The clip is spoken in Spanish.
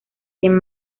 quien